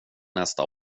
nästa